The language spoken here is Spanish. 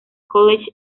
college